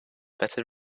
better